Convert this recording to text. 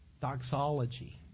doxology